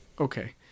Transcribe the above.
Okay